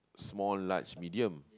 small large medium